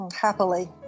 Happily